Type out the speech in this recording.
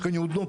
לדוגמה